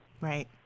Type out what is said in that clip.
Right